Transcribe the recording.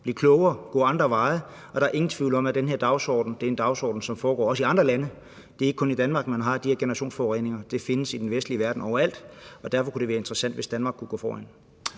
blive klogere og gå andre veje. Og der er ingen tvivl om, at den her dagsorden er en dagsorden, som også foregår i andre lande. Det er ikke kun i Danmark, at man har de her generationsforureninger – de findes overalt i den vestlige verden – og derfor kunne det være interessant, hvis Danmark kunne gå foran.